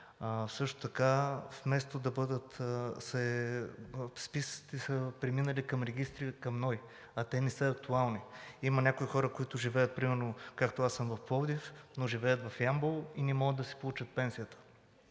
Също така списъците са преминали към регистри към НОИ, а те не са актуални. Има някои хора, които живеят примерно, както аз съм от Пловдив, но живея в Ямбол, и не могат да си получат пенсията.